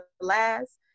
last